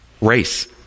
Race